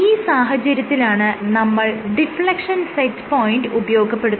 ഈ സാഹചര്യത്തിലാണ് നമ്മൾ ഡിഫ്ലെക്ഷൻ സെറ്റ് പോയിന്റ് ഉപയോഗപ്പെടുത്തുന്നത്